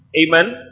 Amen